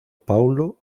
paulo